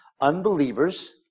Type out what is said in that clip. unbelievers